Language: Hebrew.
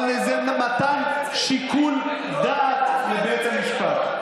אבל זה מתן שיקול דעת לבית המשפט.